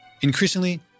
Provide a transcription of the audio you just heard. increasingly